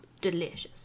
delicious